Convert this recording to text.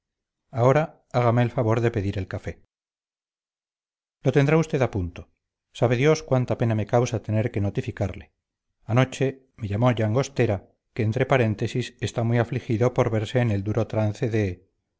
ahora hágame el favor de pedir el café lo tendrá usted a punto sabe dios cuánta pena me causa tener que notificarle anoche me llamó llangostera que entre paréntesis está muy afligido por verse en el duro trance de